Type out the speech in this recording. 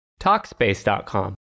talkspace.com